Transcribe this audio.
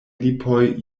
lipoj